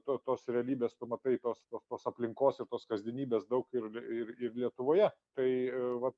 to tos realybės pamatai tos tos aplinkos ir tos kasdienybės daug ir ir lietuvoje tai vat